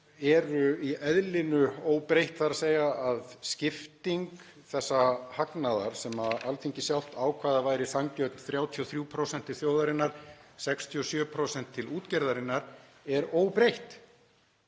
eru í eðlinu óbreytt, þ.e. að skipting þessa hagnaðar, sem Alþingi sjálft ákvað að væri sanngjörn, 33% þjóðarinnar, 67% til útgerðarinnar, er óbreytt.